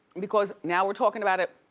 because now we're talking about it,